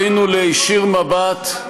עלינו להישיר מבט,